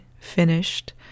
finished